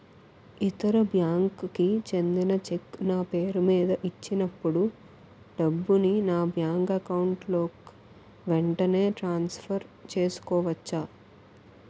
ఇతర బ్యాంక్ కి చెందిన చెక్ నా పేరుమీద ఇచ్చినప్పుడు డబ్బుని నా బ్యాంక్ అకౌంట్ లోక్ వెంటనే ట్రాన్సఫర్ చేసుకోవచ్చా?